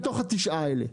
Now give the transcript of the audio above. מתוך התשעה האלה.